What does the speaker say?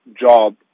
job